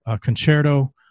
concerto